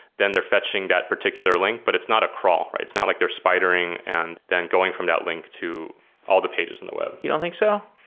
then they're fetching that particular link, but it's not a crawl. it's not like they're spidering and then going from that link to all the pages in the web. you don't think so?